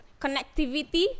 connectivity